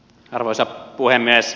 arvoisa puhemies